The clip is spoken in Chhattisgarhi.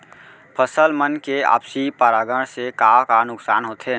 फसल मन के आपसी परागण से का का नुकसान होथे?